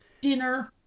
dinner